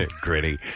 Gritty